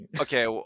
Okay